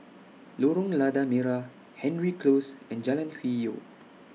Lorong Lada Merah Hendry Close and Jalan Hwi Yoh